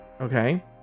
Okay